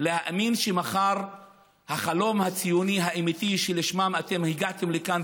להאמין שמחר החלום הציוני האמיתי שלשמו אתם הגעתם לכאן,